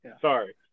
Sorry